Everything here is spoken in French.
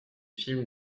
films